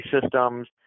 systems